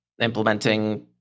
implementing